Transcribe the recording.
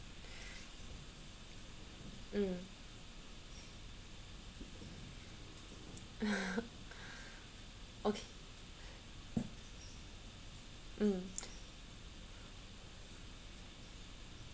mm okay mm